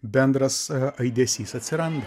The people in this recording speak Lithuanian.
bendras aidesys atsiranda